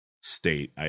state